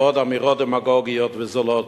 ועוד אמירות דמגוגיות וזולות,